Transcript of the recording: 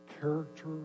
character